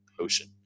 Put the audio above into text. ocean